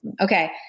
Okay